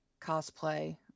cosplay